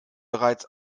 bereits